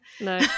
no